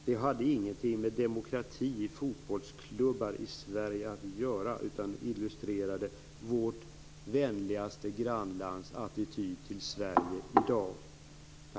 Det hade ingenting med demokrati i fotbollsklubbar i Sverige att göra utan illustrerade vårt vänligaste grannlands attityd till Sverige i dag. Tack!